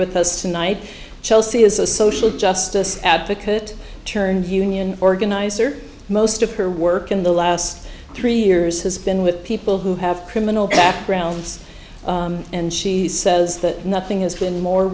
with us tonight chelsea is a social justice advocate turn viewing in organizer most of her work in the last three years has been with people who have criminal backgrounds and she says that nothing has been more